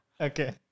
Okay